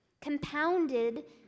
compounded